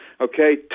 okay